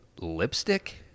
lipstick